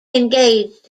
engaged